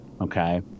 Okay